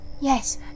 Yes